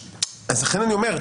לכן אני אומר,